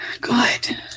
Good